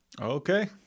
Okay